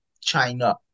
China